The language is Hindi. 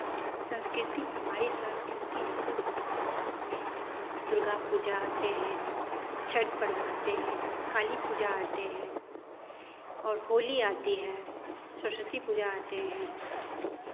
संस्कृति हमारी संस्कृति में दुर्गा पूजा आते हैं छठ पर्व आते हैं कालीपूजा आते है और होली आती है सरस्वती पूजा आते हैं